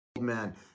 man